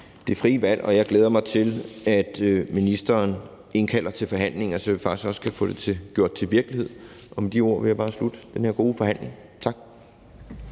det frie valg. Jeg glæder mig til, at ministeren indkalder til forhandlinger, så vi faktisk også kan få det gjort til virkelighed. Med de ord vil jeg bare slutte den her gode forhandling. Tak.